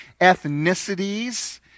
ethnicities